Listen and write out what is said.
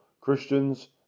christians